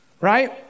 right